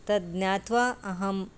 तद् ज्ञात्वा अहं